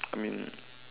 I mean